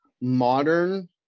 modern